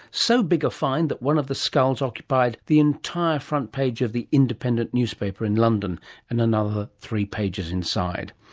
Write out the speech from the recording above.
so big a find that one of the skulls occupied the entire front page of the independent newspaper in london and another three pages inside.